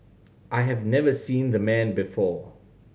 I have never seen the man before